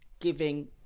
giving